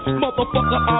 motherfucker